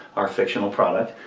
our fictional product,